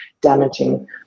damaging